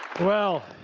well,